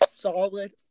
solid